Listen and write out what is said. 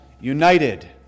united